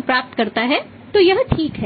प्राप्त करता है तो यह ठीक है